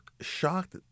shocked